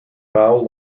foul